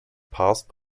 past